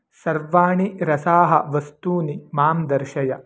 सर्वाणि रसाः वस्तूनि मां दर्शय